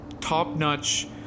top-notch